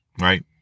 right